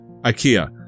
Ikea